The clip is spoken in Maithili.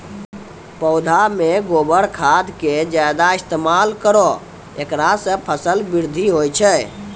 पौधा मे गोबर खाद के ज्यादा इस्तेमाल करौ ऐकरा से फसल बृद्धि होय छै?